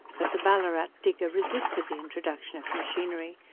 but the ballarat digger resisted the introduction of machinery,